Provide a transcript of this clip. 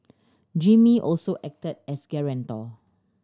Jimmy also acted as guarantor